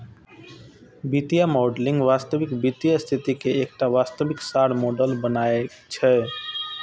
वित्तीय मॉडलिंग वास्तविक वित्तीय स्थिति के एकटा वास्तविक सार मॉडल बनेनाय छियै